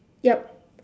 yup